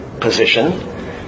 position